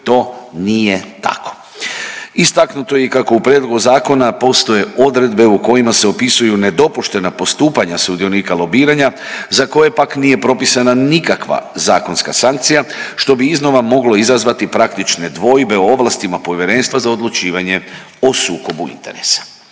to nije tako. Istaknuto je i kako u prijedlogu zakona postoje odredbe u kojima se opisuju nedopuštena postupanja sudionika lobiranja za koje pak nije propisana nikakva zakonska sankcija što bi iznosa moglo izazvati praktične dvojbe o ovlastima Povjerenstva za odlučivanje o sukobu interesa.